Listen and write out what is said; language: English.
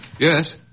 Yes